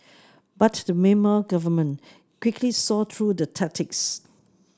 but the Myanmar government quickly saw through the tactics